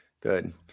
Good